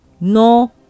No